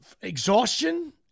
exhaustion